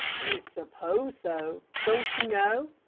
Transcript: you suppose so. don't you know?